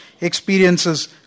experiences